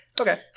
Okay